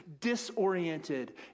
disoriented